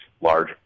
large